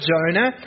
Jonah